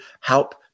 help